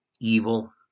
evil